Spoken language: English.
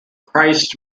christ